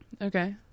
okay